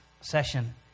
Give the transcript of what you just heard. session